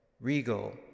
Regal